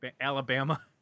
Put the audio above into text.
Alabama